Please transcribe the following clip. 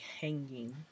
hanging